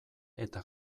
eta